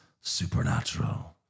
supernatural